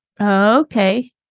Okay